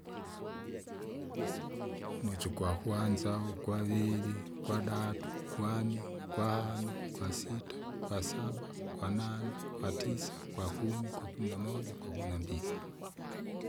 Umwesi ugwakwanza, ugwaviri, ugwadatu, gwani, ugwahano, gwasita, gwasaba, gwanane, gwatisa, gwakumi, gwakumi namoja gwakuminambili.